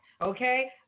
Okay